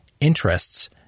interests